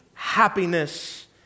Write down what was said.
Happiness